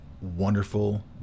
wonderful